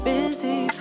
Busy